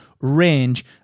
range